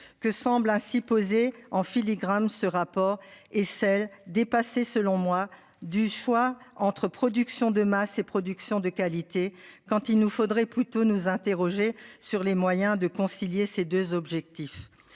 que semble ainsi posé en filigramme ce rapport et celle dépassé selon moi du choix entre production de masse et productions de qualité, quand il nous faudrait plutôt nous interroger sur les moyens de concilier ces 2 objectifs